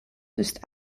ist